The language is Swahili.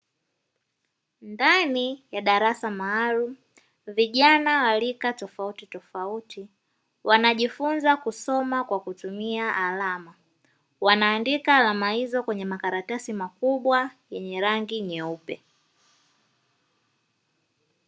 Ndani ya darasa maalumu vijana wa rika tofautitofauti wanajifunza kusoma kwa kutumia alama, wanaandika alama hizo kwenye makaratasi makubwa yenye rangi nyeupe.